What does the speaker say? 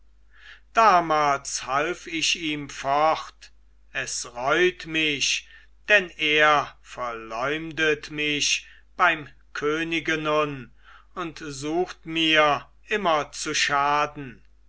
damals half ich ihm fort es reut mich denn er verleumdet mich beim könige nun und sucht mir immer zu schaden